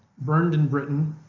burned in britain,